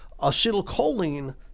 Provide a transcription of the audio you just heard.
Acetylcholine